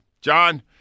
John